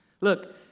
look